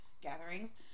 gatherings